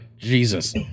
Jesus